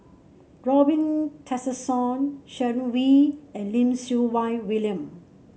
Robin Tessensohn Sharon Wee and Lim Siew Wai William